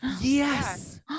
Yes